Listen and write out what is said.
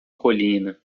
colina